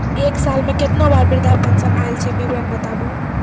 एक साल मे केतना बार वृद्धा पेंशन आयल छै विवरन बताबू?